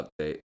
update